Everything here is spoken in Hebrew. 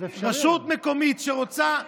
רשות מקומית שרוצה,